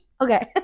okay